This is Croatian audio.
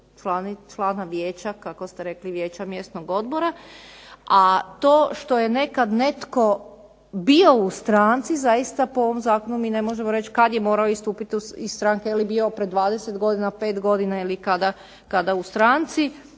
člana vijeća, kako ste rekli Vijeća mjesnog odbora. A to što je nekad netko bio u stranci zaista po ovom zakonu mi ne možemo reći kad je morao istupiti iz stranke, je li bio pred 20 godina, 5 godina ili kada u stranci.